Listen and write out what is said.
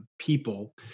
people